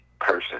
Person